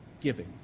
giving